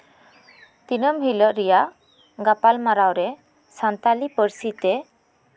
ᱫᱤᱱᱟᱹᱢ ᱦᱤᱞᱳᱜ ᱨᱮᱭᱟᱜ ᱜᱟᱯᱟᱞᱢᱟᱨᱟᱣ ᱨᱮ ᱥᱟᱱᱛᱟᱞᱤ ᱯᱟᱹᱨᱥᱤ ᱛᱮ